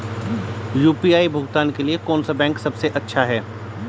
UPI भुगतान के लिए कौन सा बैंक सबसे अच्छा है?